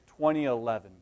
2011